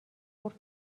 خرد